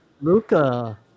Luca